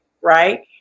right